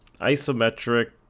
isometric